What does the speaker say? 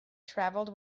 travelled